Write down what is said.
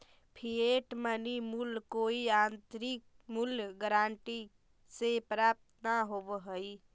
fiat money के मूल्य कोई आंतरिक मूल्य गारंटी से प्राप्त न होवऽ हई